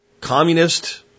Communist